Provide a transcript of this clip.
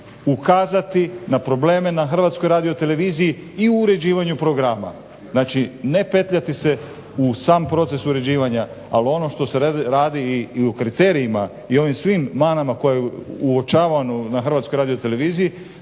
ukazati na probleme na Hrvatskoj radioteleviziji i u uređivanju programa. Znači, ne petljati se u sam proces uređivanja. Ali ono što se radi i o kriterijima i ovim svim manama koje uočavamo na Hrvatskoj radioteleviziji